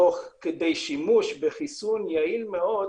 תוך כדי שימוש בחיסון יעיל מאוד,